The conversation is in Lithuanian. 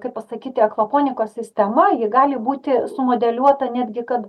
kaip pasakyti akvaponikos sistema ji gali būti sumodeliuota netgi kad